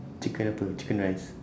chicken apa chicken rice